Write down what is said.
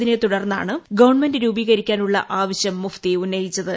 ഇതിനെ തുടർന്നാണ് ഗവൺമെന്റ് രൂപീകരിക്കണമെന്ന ആവശ്യം മുഫ്തി ഉന്നയിച്ചത്